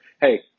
Hey